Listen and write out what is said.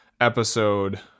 episode